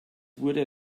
wurde